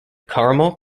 caramel